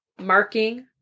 marking